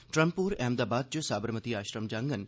Trump होर अहमदाबाद च साबरमति आश्रम जांगन